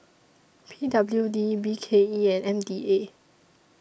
P W D B K E and M D A